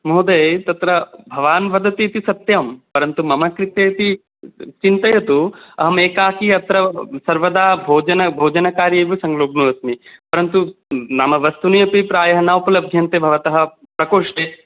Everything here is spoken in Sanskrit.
महोदय तत्र भवान् वदतीति सत्यं परन्तु मम कृतेऽपि चिन्तयतु अहमेकाकी अत्र सर्वदा भोजन भोजनकार्ये एव संलग्नोऽस्मि परन्तु नाम वस्तूनि अपि प्रायः नोपलभ्यन्ते भवतः प्रकोष्ठे